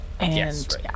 Yes